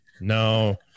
no